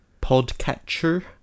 Podcatcher